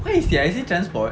where is he is it transport